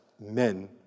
men